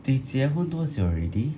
they 结婚多久 already